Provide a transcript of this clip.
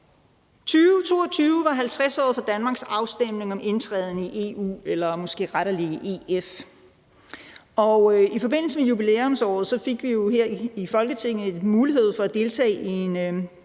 2022 var 50-året for Danmarks afstemning om indtræden i EU eller måske rettelig EF, og i forbindelse med jubilæumsåret fik vi jo her i Folketinget mulighed for at deltage i en